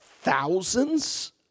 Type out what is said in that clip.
thousands